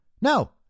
No